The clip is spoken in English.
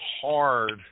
hard